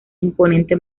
imponente